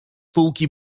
półki